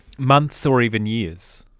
months or even years.